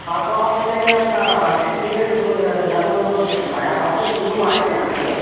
हाँ तो आप है ना ये अपना एश्टीमेट वो लगभग लगभग कितना है आप आइए सोरूम आए थे आप क्या